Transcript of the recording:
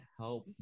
help